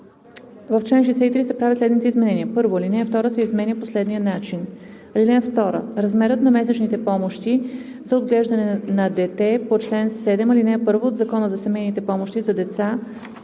В чл. 63 се правят следните изменения: „1. Алинея 2 се изменя по следния начин: „(2) Размерът на месечните помощи за отглеждане на дете по чл.7, ал.1 от Закона за семейни помощи за деца